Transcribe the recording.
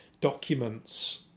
documents